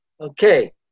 Okay